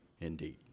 indeed